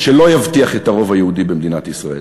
ולא יבטיח את הרוב היהודי במדינת ישראל.